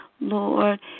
Lord